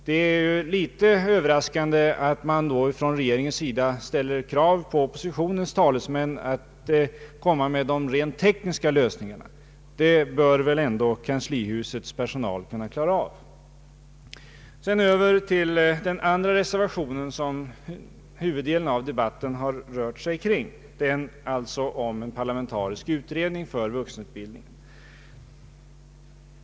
Det är litet överraskande att man från regeringens sida ställer krav på oppositionens talesmän när det gäller att lägga fram de rent tekniska lösningarna. Det bör väl ändå kanslihusets personal kunna klara! Jag vill sedan gå över till den andra reservationen, som huvuddelen av debatten har rört sig kring och som gäller kravet på en parlamentarisk utredning om vuxenutbildningen.